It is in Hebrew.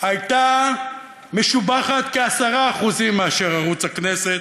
הייתה משובחת כ-10% מערוץ הכנסת.